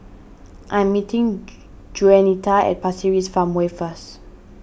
I am meeting Juanita at Pasir Ris Farmway first